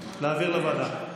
להעביר לוועדה.